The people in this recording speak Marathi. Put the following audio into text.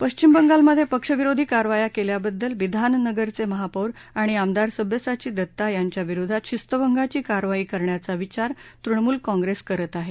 पश्चिम बंगालमधे पक्षविरोधी कारवाया केल्याबद्दल विधाननगरचे महापौर आणि आमदार सब्यसाची दत्ता यांच्या विरोधात शिस्तभंगाची कारवाई करण्याचा विचार तृणमूल काँग्रेस करत आहे